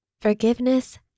Forgiveness